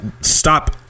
stop